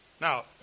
Now